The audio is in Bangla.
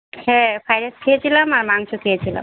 হ্যাঁ ফ্রাইড রাইস খেয়েছিলাম আর মাংস খেয়েছিলাম